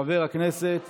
חבר הכנסת